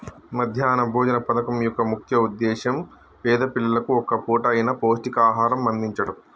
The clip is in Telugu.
మధ్యాహ్న భోజన పథకం యొక్క ముఖ్య ఉద్దేశ్యం పేద పిల్లలకు ఒక్క పూట అయిన పౌష్టికాహారం అందిచడం